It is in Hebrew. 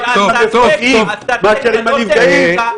בבקשה,